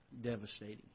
devastating